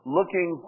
Looking